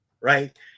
right